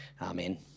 Amen